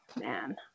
Man